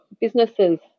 businesses